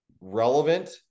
relevant